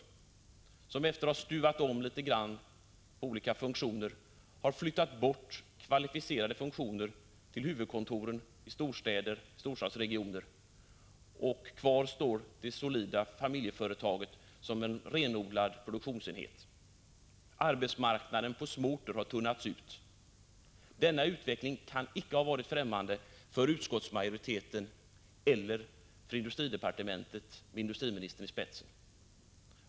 De har sedan, efter att ha stuvat om litet grand bland olika funktioner, flyttat bort kvalificerade.funktioner till huvudkontoren i storstadsregionerna. Kvar står då det solida familjeföretaget som en renodlad produktionsenhet. Arbetsmarknaden på små orter har tunnats ut. Denna utveckling kan inte ha varit främmande för utskottsmajoriteten eller industridepartementet, med industriministern i spetsen.